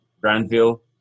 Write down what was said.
Granville